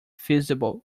feasible